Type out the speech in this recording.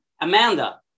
Amanda